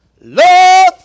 love